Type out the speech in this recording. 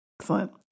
Excellent